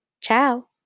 Ciao